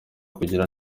kugira